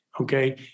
okay